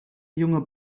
junge